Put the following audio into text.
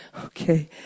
Okay